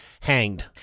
hanged